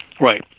Right